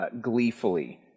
gleefully